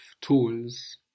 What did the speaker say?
tools